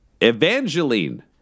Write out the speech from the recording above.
Evangeline